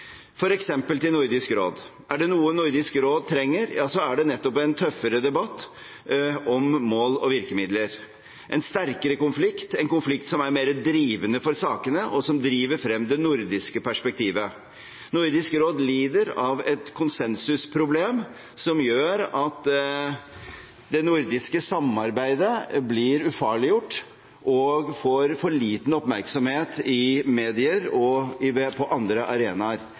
til Nordisk råd. Er det noe Nordisk råd trenger, er det nettopp en tøffere debatt om mål og virkemidler – en sterkere konflikt, en konflikt som er mer drivende for sakene, og som driver frem det nordiske perspektivet. Nordisk råd lider av et konsensusproblem som gjør at det nordiske samarbeidet blir ufarliggjort og får for liten oppmerksomhet i medier og på andre arenaer.